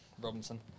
Robinson